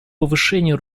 повышению